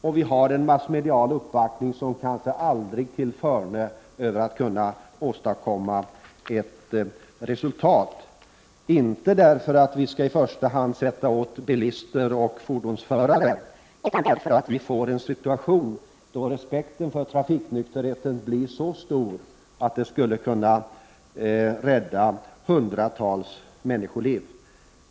Nu har vi en massmedial uppbackning som kanske aldrig tillförne för att åstadkomma ett resultat, inte genom att vi i första hand sätter åt bilister och fordonsförare utan genom att vi får en situation där respekten för trafiknykterheten är så stor att man skall kunna rädda hundratals människoliv.